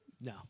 No